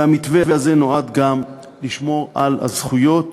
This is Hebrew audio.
והמתווה הזה נועד גם לשמור על הזכויות